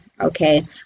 okay